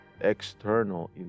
external